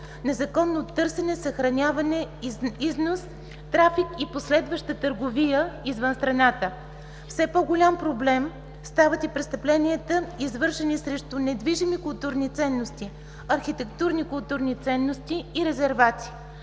незаконно търсене, съхранение, износ, трафик и последваща търговия извън страната. Все по-голям проблем стават и престъпленията, извършени срещу недвижими културни ценности – архитектурни културни ценности и резервати.